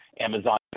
Amazon